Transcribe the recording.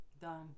Done